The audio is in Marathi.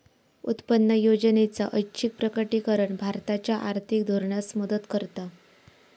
उत्पन्न योजनेचा ऐच्छिक प्रकटीकरण भारताच्या आर्थिक धोरणास मदत करता